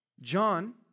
John